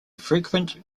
frequent